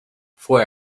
fue